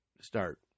start